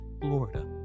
Florida